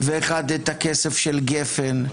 ואחד את הכסף של גפן.